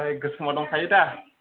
आमफ्राय गोसोमा दंखायो दा